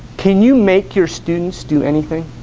can you make your students do anything